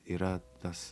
yra tas